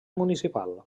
municipal